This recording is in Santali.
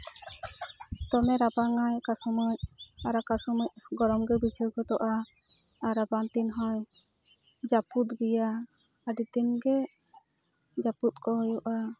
ᱫᱚᱢᱮ ᱨᱟᱵᱟᱝᱟᱭ ᱚᱠᱟ ᱥᱚᱢᱚᱭ ᱟᱨ ᱚᱠᱟ ᱥᱚᱢᱚᱭ ᱜᱚᱨᱚᱢ ᱜᱮ ᱵᱩᱡᱷᱟᱹᱣ ᱜᱚᱫᱚᱜᱼᱟ ᱟᱨ ᱨᱟᱵᱟᱝ ᱫᱤᱱ ᱦᱚᱸᱭ ᱡᱟᱹᱯᱩᱫ ᱜᱮᱭᱟ ᱟᱹᱰᱤ ᱫᱤᱱ ᱜᱮ ᱡᱟᱹᱯᱩᱫ ᱠᱚ ᱦᱩᱭᱩᱜᱼᱟ